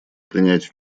принять